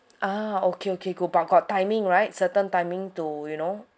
ah okay okay got but got timing right certain timing to you know